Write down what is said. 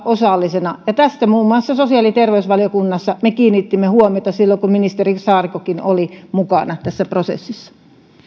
osallisena tähän muun muassa sosiaali ja terveysvaliokunnassa me kiinnitimme huomiota silloin kun ministeri saarikkokin oli mukana tässä prosessissa